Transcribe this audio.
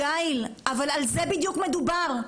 על זה בדיוק מדובר.